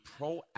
proactive